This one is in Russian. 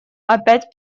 опять